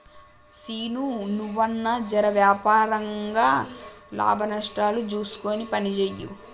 సీనూ, నువ్వన్నా జెర వ్యాపారంల లాభనష్టాలు జూస్కొని పనిజేయి